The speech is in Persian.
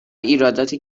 ایرادات